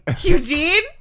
Eugene